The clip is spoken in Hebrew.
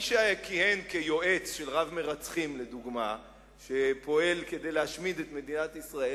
מי שכיהן בתפקיד יועץ של רב-מרצחים שפעל כדי להשמיד את מדינת ישראל,